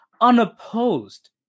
unopposed